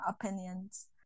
opinions